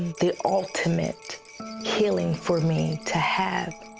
the ultimate healing for me to have